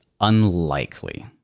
unlikely